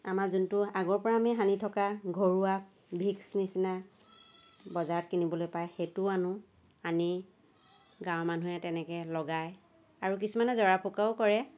আমৰ যোনটো আমি আগৰ পৰা সানি থকা ঘৰুৱা ভিক্স নিচিনা বজাৰত কিনিবলৈ পায় সেইটোও আনো আনি গাঁৱৰ মানুহে তেনেকৈ লগায় আৰু কিছুমানে জৰা ফুকাও কৰে